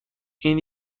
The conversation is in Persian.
این